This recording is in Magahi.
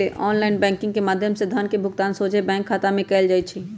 ऑनलाइन बैंकिंग के माध्यम से धन के भुगतान सोझे बैंक खता में कएल जाइ छइ